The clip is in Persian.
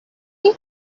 این